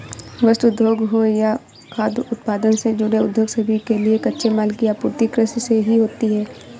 वस्त्र उद्योग हो या खाद्य उत्पादन से जुड़े उद्योग सभी के लिए कच्चे माल की आपूर्ति कृषि से ही होती है